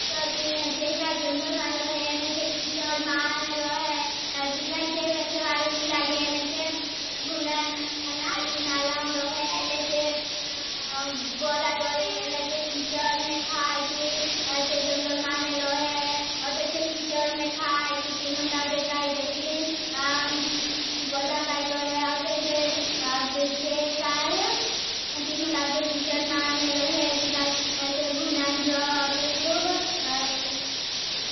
जंगल में रोहे, कीचट में रोहे। ती काई बैसे वारुनी लागे। बुंडन नाली नालाम रोहे। बोला करे, कीचट में खाईती, जंगल में रोहे। कीचट में खाईती, तीनु काजे काई देखें। बोला काई करे, तीनु काजे कीचट में रोहे। बुंडन नाली नालाम रोहे।